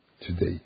today